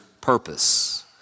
purpose